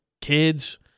kids